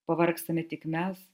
pavargstame tik mes